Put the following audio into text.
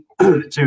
two